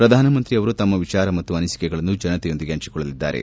ಪ್ರಧಾನಮಂತ್ರಿಯವರು ತಮ್ನ ವಿಚಾರ ಮತ್ತು ಅನಿಸಿಕೆಗಳನ್ನು ಜನತೆಯೊಂದಿಗೆ ಹಂಚಿಕೊಳ್ಳಲಿದ್ದಾರೆ